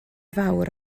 fawr